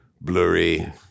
blurry